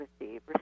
receive